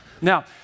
Now